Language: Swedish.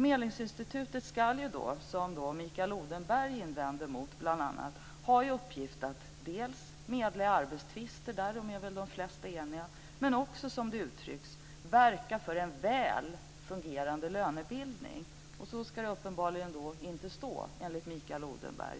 Medlingsinstitutet ska ju, vilket Mikael Odenberg bl.a. invände mot, ha i uppgift att dels medla i arbetstvister, därom är väl de flesta eniga, dels verka för en väl fungerande lönebildning. Så ska det uppenbarligen inte stå enligt Mikael Odenberg.